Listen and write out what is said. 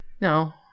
no